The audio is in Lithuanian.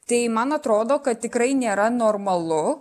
tai man atrodo kad tikrai nėra normalu